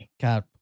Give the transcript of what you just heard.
God